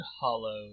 hollow